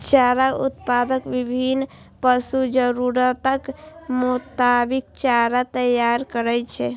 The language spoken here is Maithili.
चारा उत्पादक विभिन्न पशुक जरूरतक मोताबिक चारा तैयार करै छै